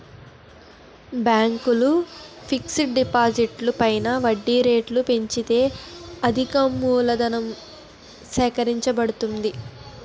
బ్యాంకులు ఫిక్స్ డిపాజిట్లు పైన వడ్డీ రేట్లు పెంచితే అధికమూలధనం సేకరించబడుతుంది